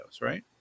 right